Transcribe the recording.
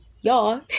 Y'all